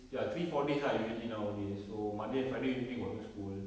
ya three four days ah usually nowadays so monday and friday usually got no school